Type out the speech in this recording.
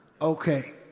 Okay